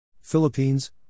Philippines